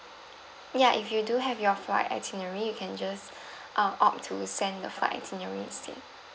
ya if you do have your flight itinerary you can just uh opt to send the flight itinerary instead